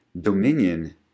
Dominion